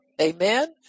Amen